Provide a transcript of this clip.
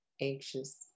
anxious